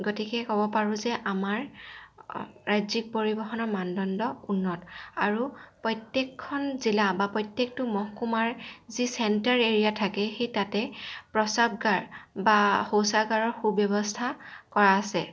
গতিকে ক'ব পাৰোঁ যে আমাৰ ৰাজ্যিক পৰিবহণৰ মানদণ্ড উন্নত আৰু প্ৰত্যেকখন জিলা বা প্ৰত্যেকটো মহকুমাৰ যি চেণ্টাৰ এৰিয়া থাকে সেই তাতে প্ৰস্ৰাৱগাৰ বা শৌচাগাৰৰ সু ব্যৱস্থা কৰা আছে